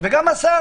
וגם השר